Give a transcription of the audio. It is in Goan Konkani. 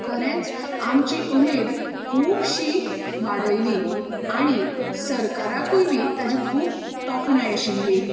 खरेंच आमची उमेद खुबशीं वाडयली आनी सरकाराकूय बी ताजे खूब तोखणाय आशिल्ली